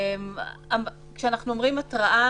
כשאנחנו אומרים "התראה",